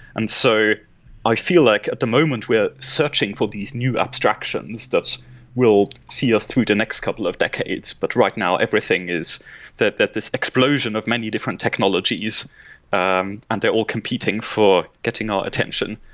and so i feel like at the moment we're searching for these new abstractions that we'll see us through the next couple of decades. but right now, everything is that there's this explosion of many different technologies um and they're all competing for getting our attention,